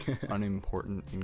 Unimportant